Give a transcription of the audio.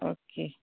okay